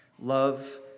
Love